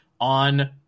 on